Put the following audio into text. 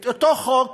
את אותו חוק